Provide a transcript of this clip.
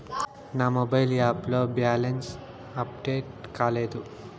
నా mobile app లో balance update కాలేదు